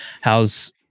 how's